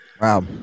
Wow